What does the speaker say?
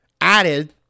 added